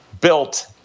built